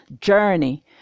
journey